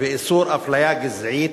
ואיסור אפליה גזעית,